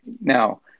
Now